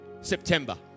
September